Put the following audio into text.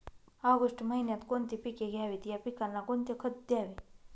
August महिन्यात कोणती पिके घ्यावीत? या पिकांना कोणते खत द्यावे?